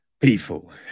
People